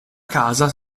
casa